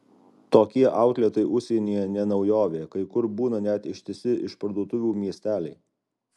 tokie autletai užsienyje ne naujovė kai kur būna net ištisi išparduotuvių miesteliai